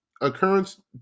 occurrence